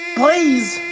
please